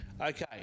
Okay